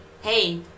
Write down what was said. hey